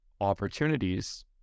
opportunities